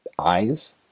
eyes